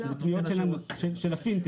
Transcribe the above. של הפינטק.